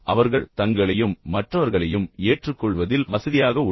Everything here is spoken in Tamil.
அவர்கள் தங்களையும் மற்றவர்களையும் ஏற்றுக்கொள்வதில் வசதியாக உள்ளனர்